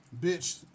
bitch